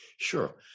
Sure